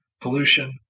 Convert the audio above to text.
pollution